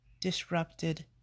disrupted